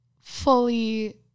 fully